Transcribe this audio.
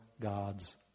God's